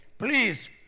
Please